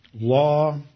law